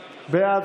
הליכוד,